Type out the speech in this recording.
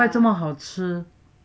难怪这么好吃